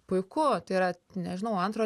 puiku tai yra nežinau antro